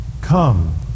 Come